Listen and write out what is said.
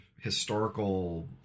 historical